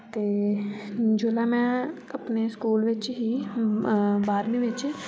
ते जोल्लै में अपने स्कूल बिच ही बारमीं बिच